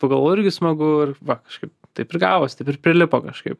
pagalvojau irgi smagu ir va kažkaip taip ir gavosi taip ir prilipo kažkaip